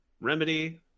remedy